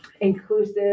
inclusive